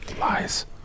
Lies